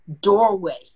doorway